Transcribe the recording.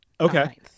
Okay